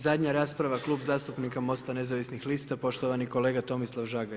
Zadnja rasprava Klub zastupnika Mosta nezavisnih lista, poštovani kolega Tomislav Žagar.